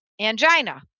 angina